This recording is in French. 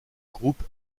groupe